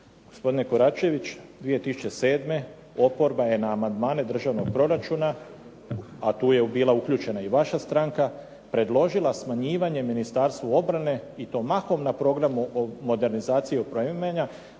Gospodine Koračević 2007. oporba je na amandmane državnog proračuna a tu je bila uključena i vaša stranka predložila smanjivanje Ministarstvu obrane i to mahom na programu modernizacije i opremanja